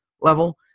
level